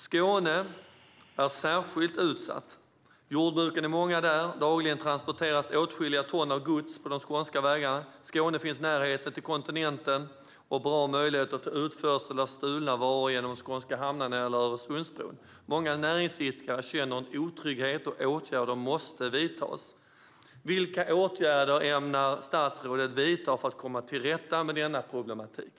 Skåne är särskilt utsatt. Jordbruken är många där, och dagligen transporteras åtskilliga ton gods på de skånska vägarna. Skåne ligger i närheten till kontinenten, och det finns många möjligheter till utförsel av stulna varor genom de skånska hamnarna eller Öresundsbron. Många näringsidkare känner en otrygghet, och åtgärder måste vidtas. Vilka åtgärder ämnar statsrådet vidta för att komma till rätta med denna problematik?